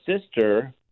sister